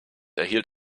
erhielt